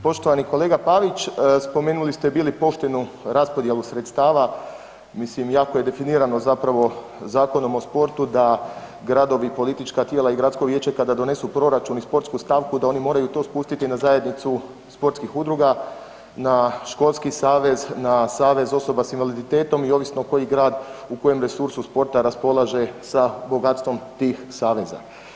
Poštovani kolega Pavić, spomenuli ste bili poštenu raspodjelu sredstava, mislim jako je definirano zapravo Zakonom o sportu da gradovi, politička tijela i gradsko vijeće kada donesu proračun i sportsku stavku da oni moraju to spustiti na zajednicu sportskih udruga, na športski savez, na savez osoba s invaliditetom i ovisno koji grad u kojem resursu sporta raspolaže sa bogatstvom tih saveza.